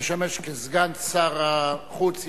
המשמש סגן שר החוץ,